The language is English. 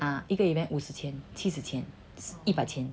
ah 一个 event 五十千七十千一百千